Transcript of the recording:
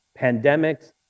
pandemics